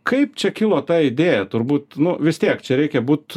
kaip čia kilo ta idėja turbūt nu vis tiek čia reikia būt